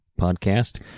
podcast